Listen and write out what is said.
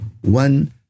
one